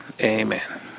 amen